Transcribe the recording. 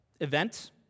event